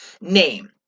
name